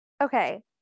Okay